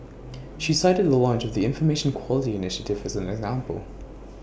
she cited the launch of the Information Quality initiative as an example